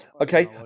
Okay